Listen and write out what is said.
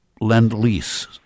lend-lease